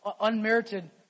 unmerited